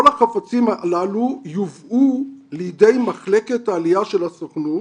כל החפצים הללו יובאו לידי מחלקת העלייה של הסוכנות